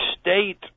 state